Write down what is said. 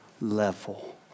level